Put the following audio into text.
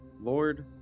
Lord